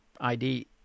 ID